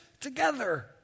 together